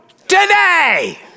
today